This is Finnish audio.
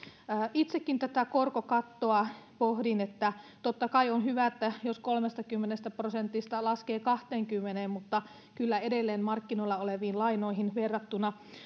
itsekin tätä korkokattoa pohdin että totta kai on hyvä jos kolmestakymmenestä prosentista laskee kahteenkymmeneen mutta kyllä edelleen markkinoilla oleviin lainoihin verrattuna